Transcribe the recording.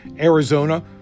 Arizona